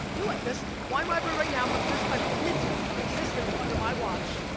you'll like this, wine library right now, for the first time in its existence under my watch,